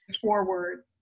forward